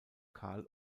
karl